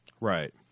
Right